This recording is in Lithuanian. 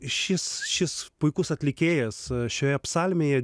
šis šis puikus atlikėjas šioje psalmėje